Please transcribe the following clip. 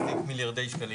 מצמיד למסוף והכסף עבר.